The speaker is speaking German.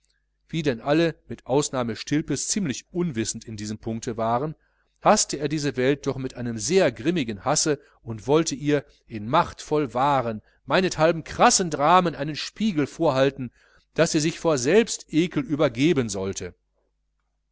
wie denn alle mit ausnahme stilpes ziemlich unwissend in diesem punkte waren haßte er diese welt doch mit einem sehr grimmigen hasse und wollte ihr in machtvoll wahren meinethalben krassen dramen einen spiegel vorhalten daß sie sich vor selbstekel übergeben sollte